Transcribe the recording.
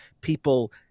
people